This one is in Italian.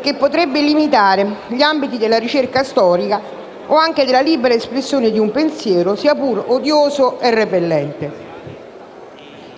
che potrebbe limitare gli ambiti della ricerca storica o anche della libera espressione di un pensiero, sia pur odioso e repellente.